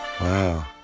wow